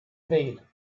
vale